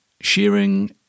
Shearing